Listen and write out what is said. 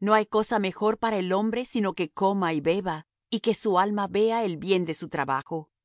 no hay cosa mejor para el hombre sino que coma y beba y que su alma vea el bien de su trabajo